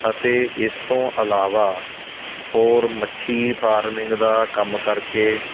ਅਤੇ ਇਸ ਤੋਂ ਇਲਾਵਾ ਹੋਰ ਮੱਛੀ ਫਾਰਮਿੰਗ ਦਾ ਕੰਮ ਕਰਕੇ